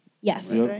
Yes